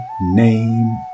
name